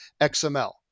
XML